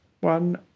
one